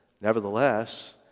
Nevertheless